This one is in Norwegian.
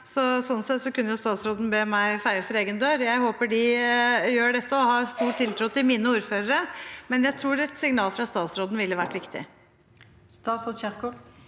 sånn sett kunne jo statsråden be meg feie for egen dør. Jeg håper de gjør dette, og jeg har stor tiltro til mine ordførere, men jeg tror et signal fra statsråden ville vært viktig.